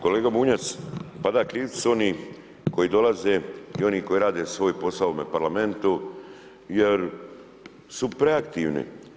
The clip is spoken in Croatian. Kolega Bunjac, pa da krivci su oni koji dolaze i oni koji rade svoj posao u ovome Parlamentu jer su preaktivni.